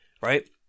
Right